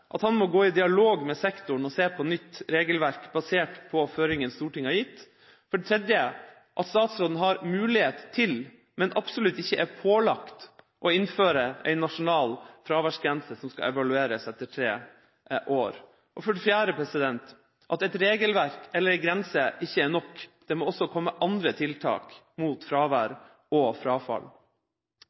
at han må gå i dialog med sektoren og se på nytt regelverk basert på føringer Stortinget har gitt, for det tredje at statsråden har mulighet til – men absolutt ikke er pålagt – å innføre en nasjonal fraværsgrense som skal evalueres etter tre år, og for det fjerde at et regelverk eller en grense ikke er nok, det må også komme andre tiltak mot fravær og frafall.